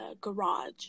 garage